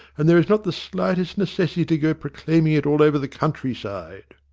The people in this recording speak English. and there is not the slightest necessity to go proclaiming it all over the countryside.